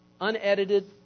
Unedited